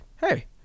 hey